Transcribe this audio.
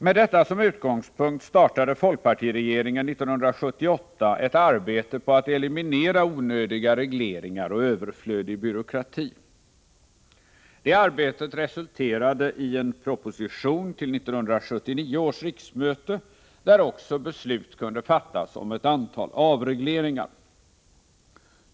Med detta som utgångspunkt startade folkpartiregeringen 1978 ett arbete på att eliminera onödiga regleringar och överflödig byråkrati. Det arbetet resulterade i en proposition till 1979 års riksmöte, där också beslut kunde fattas om ett antal avregleringar.